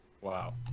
Wow